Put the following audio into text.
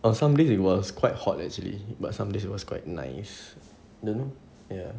on some days it was quite hot actually but some days it was quite nice then ya